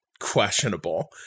questionable